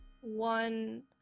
one